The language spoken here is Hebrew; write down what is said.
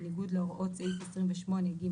בניגוד להוראות סעיף 28(ג)(2).